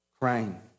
crying